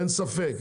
אין ספק,